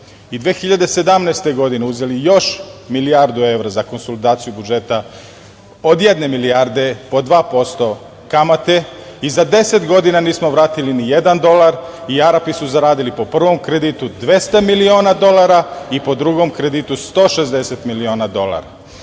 i 2017. godine uzeli još milijardu evra za konsolidaciju budžeta od jedne milijarde po 2% kamate i za 10 godina nismo vratili ni jedan dolar i Arapi su zaradili po prvom kreditu 200 miliona dolara i po drugom kreditu 160 miliona dolara.